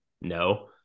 No